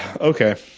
Okay